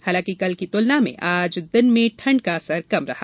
हालांकि कल की तुलना में आज दिन में ठंड का असर कम रहा